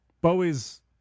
Bowie's